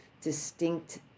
distinct